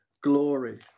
glory